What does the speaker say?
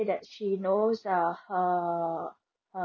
that she knows uh he~